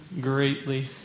greatly